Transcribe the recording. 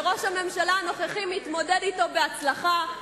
שראש הממשלה הנוכחי מתמודד אתו בהצלחה,